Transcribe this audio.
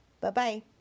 Bye-bye